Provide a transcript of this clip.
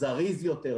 זריז יותר,